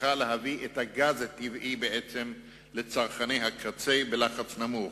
שצריכה להביא את הגז הטבעי לצרכני הקצה בלחץ נמוך.